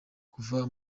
kuva